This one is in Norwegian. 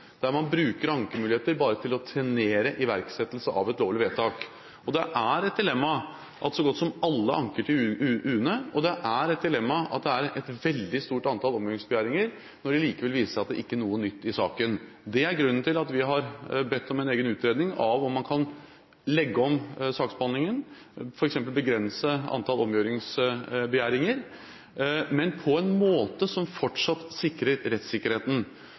der man bruker ankemuligheter bare til å trenere iverksettelse av et dårlig vedtak. Det er et dilemma at så godt som alle anker til UNE, og det er et dilemma at det er et veldig stort antall omgjøringsbegjæringer, når det likevel viser seg at det ikke er noe nytt i saken. Det er grunnen til at vi har bedt om en egen utredning av om man kan legge om saksbehandlingen, f.eks. begrense antall omgjøringsbegjæringer, men på en måte som fortsatt sikrer rettssikkerheten.